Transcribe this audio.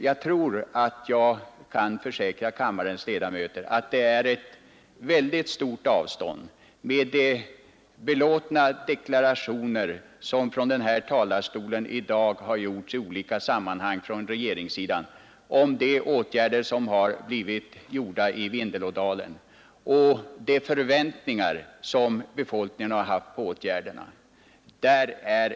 Jag tror att jag kan försäkra kammarens ledamöter att det är ett ytterst stort avstånd mellan de belåtna deklarationer som från denna talarstol i dag gjorts i olika sammanhang från regeringssidan om de åtgärder som vidtagits i Vindelådalen och de förväntningar som befolkningen där haft beträffande åtgärderna.